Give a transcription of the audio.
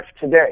today